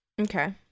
Okay